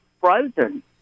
frozen